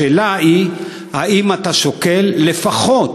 השאלה היא, האם אתה שוקל, לפחות